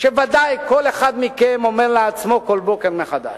שוודאי כל אחד מכם אומר לעצמו כל בוקר מחדש: